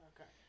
Okay